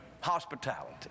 Hospitality